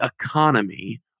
economy